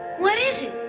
what is it?